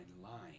line